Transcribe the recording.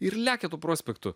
ir lekia prospektu